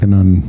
on